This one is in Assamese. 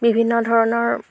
বিভিন্ন ধৰণৰ